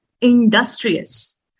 industrious